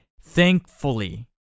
Thankfully